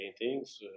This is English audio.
paintings